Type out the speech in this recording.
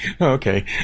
Okay